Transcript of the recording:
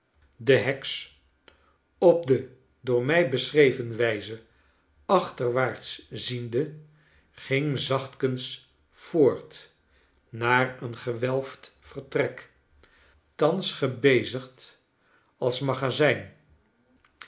de heks op de door mij beschreven wijze achterwaarts ziende ging zachtkens voort naar een gewelfd vertrek thans gebezigd als magazyn